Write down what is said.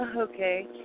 Okay